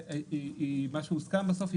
כפי שהוסכם בסוף,